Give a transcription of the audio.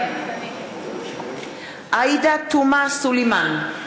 מתחייבת אני עאידה תומא סלימאן,